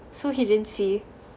so he didn't see